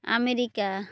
America